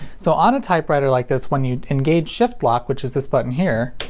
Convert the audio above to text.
so on a typewriter like this when you engage shift lock which is this button here,